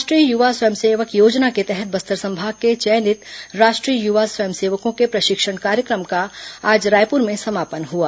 राष्ट्रीय युवा स्वयंसेवक योजना के तहत बस्तर संभाग के चयनित राष्ट्रीय युवा स्वयंसेवकों के प्रशिक्षण कार्यक्रम का आज रायपुर में समापन हुआ